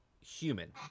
human